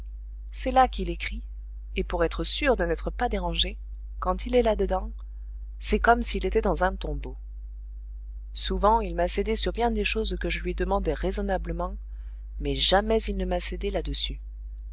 c'est là qu'il écrit et pour être sûr de n'être pas dérangé quand il est là-dedans c'est comme s'il était dans un tombeau souvent il m'a cédé sur bien des choses que je lui demandais raisonnablement mais jamais il ne m'a cédé là-dessus